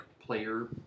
player